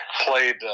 played